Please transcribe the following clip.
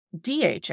DHA